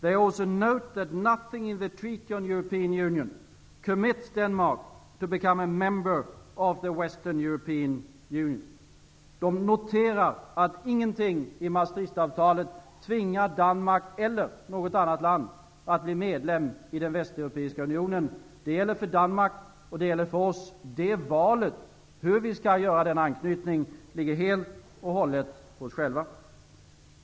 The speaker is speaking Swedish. They also note that nothing in the treaty on the European Union commits Denmark to become a member of the Det gäller för Danmark, och det gäller för oss. Valet -- hur vi skall göra denna anknytning -- ligger helt och hållet på oss själva.